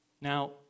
Now